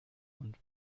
und